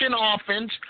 offense